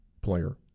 player